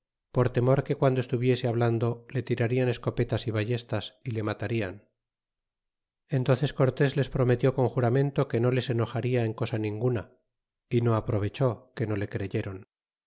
por temor que guando estuviese hablando le tirarían escopetas y ballestas y le matarian y entúnces cortés les prometió con juramento que no les enojaria en cosa ninguna y no aprovechó que no le creyeron